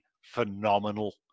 phenomenal